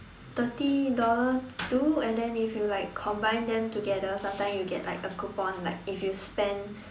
thirty dollars too and then if you like combine them together sometimes you get like a coupon like if you spend